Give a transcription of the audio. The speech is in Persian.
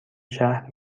شهر